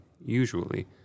usually